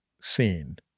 seen